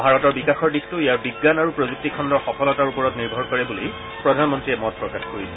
ভাৰতৰ বিকাশৰ দিশটো ইয়াৰ বিজ্ঞান আৰু প্ৰযুক্তি খণ্ডৰ সফলতাৰ ওপৰত নিৰ্ভৰ কৰে বুলি প্ৰধানমন্ত্ৰীয় মত প্ৰকাশ কৰিছে